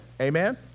amen